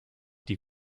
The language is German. die